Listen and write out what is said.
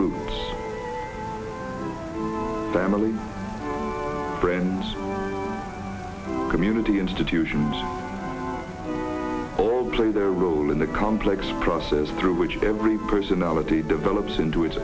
roots family friends community institutions all play their role in the complex process through which every personality develops into its